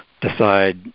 decide